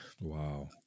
Wow